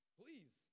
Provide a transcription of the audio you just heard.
please